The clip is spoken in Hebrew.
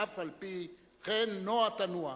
ואף-על-פי-כן נוע תנוע.